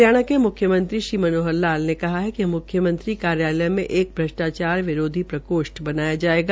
हरियाणा के मुख्यमंत्री श्री मनोहर लाल ने कहा है कि मुख्यमंत्री कार्यालय में एक भ्रष्टाचार विरोधी प्रकोष्ठ बनाया जायेगा